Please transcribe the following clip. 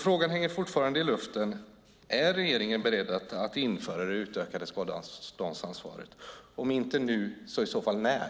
Frågan hänger fortfarande i luften: Är regeringen beredd att införa det utökade skadeståndsansvaret? Om inte nu, så i så fall när?